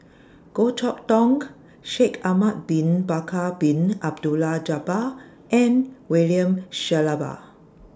Goh Chok Tong Shaikh Ahmad Bin Bakar Bin Abdullah Jabbar and William Shellabear